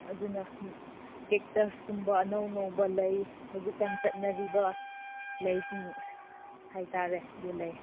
ꯑꯗꯨꯅ ꯀꯦꯛꯇꯁꯀꯨꯝꯕ ꯑꯅꯧ ꯑꯅꯧꯕ ꯂꯩ ꯍꯧꯖꯤꯛꯀꯥꯟ ꯆꯠꯅꯔꯤꯕ ꯂꯩꯁꯤꯡ ꯍꯥꯏ ꯇꯥꯔꯦ ꯑꯗꯨ ꯂꯩ